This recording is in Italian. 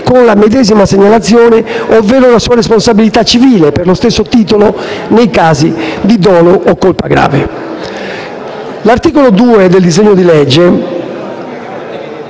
con la medesima segnalazione, ovvero la sua responsabilità civile, per lo stesso titolo, nei casi di dolo o colpa grave. L'articolo 2 del disegno di legge